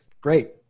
great